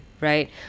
right